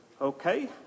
Okay